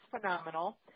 phenomenal